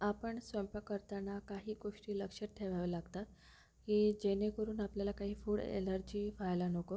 आपण स्वयंपाक करताना काही गोष्टी लक्षात ठेवाव्या लागतात की जेणेकरून आपल्याला काही फूड अॅलर्जी व्हायला नको